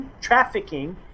trafficking